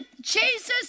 Jesus